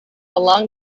along